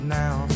now